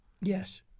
Yes